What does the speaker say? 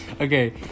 Okay